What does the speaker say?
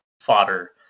fodder